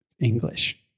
English